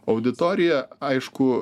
auditorija aišku